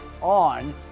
on